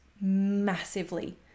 massively